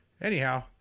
Anyhow